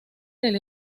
del